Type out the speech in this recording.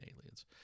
aliens